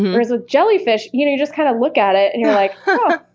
whereas with jellyfish, you just kind of look at it and you're like, huh,